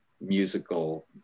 musical